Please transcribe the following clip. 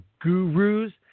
gurus